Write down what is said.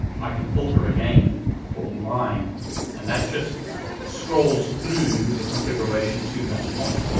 i can filter again for line and that just scrolls through the configuration to that point.